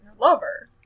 lover